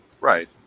right